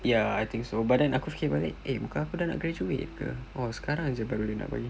ya I think so but then aku fikir balik eh bukan aku dah nak graduate april oh sekarang jer baru dia nak bagi